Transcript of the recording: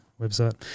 website